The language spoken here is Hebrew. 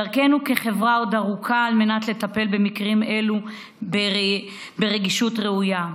דרכנו כחברה עוד ארוכה על מנת לטפל במקרים אלו ברגישות הראויה.